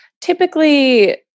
Typically